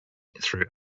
through